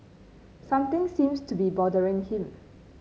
something seems to be bothering him